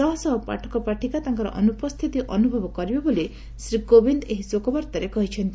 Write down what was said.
ଶହଶହ ପାଠକପାଠିକା ତାଙ୍କର ଅନୁପସ୍ଥିତି ଅନୁଭବ କରିବେ ବୋଲି ଶ୍ରୀ କୋବିନ୍ଦ ଏହି ଶୋକବାର୍ତ୍ତାରେ କହିଛନ୍ତି